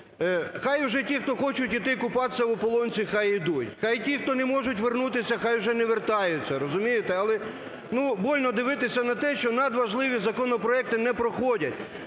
Хай уже ті, хто хочуть іти купатися в ополонці, хай ідуть. Хай ті, хто не можуть вернутися, хай уже не вертаються, розумієте. Але больно дивитися на те, що надважливі законопроекти не проходять.